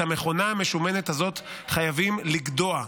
את המכונה המשומנת הזאת חייבים לגדוע.